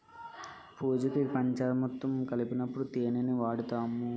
పూజకి పంచామురుతం కలిపినప్పుడు తేనిని వాడుతాము